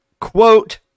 quote